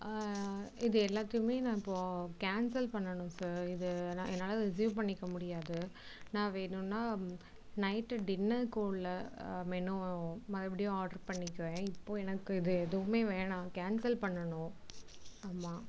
இது எல்லாத்தையுமே நான் இப்போது கேன்சல் பண்ணனும் சார் இது என்னால் ரிசிவ் பண்ணிக்க முடியாது நான் வேணுனால் நைட் டின்னருக்கு உள்ள மெனுவை மறுபடியும் ஆர்டர் பண்ணிக்குறேன் இப்போது எனக்கு இது எதுமே வேணாம் கேன்சல் பண்ணணும் ஆமாம்